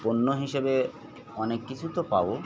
পণ্য হিসেবে অনেক কিছু তো পাবো